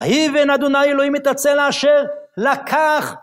ויבן אדוניי אלוהים את הצלע אשר לקח